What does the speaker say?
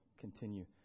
continue